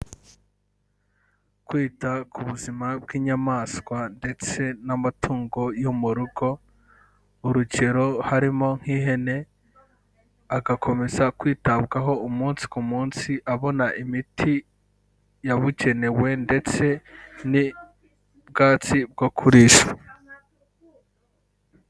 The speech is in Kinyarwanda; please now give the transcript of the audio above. Kwita ku buzima bw'inyamaswa ndetse n'amatungo yo mu rugo urugero, harimo nk'ihene agakomeza kwitabwaho umunsi ku munsi, abona imiti yabukenewe ndetse n'ubwatsi bwo kurisha.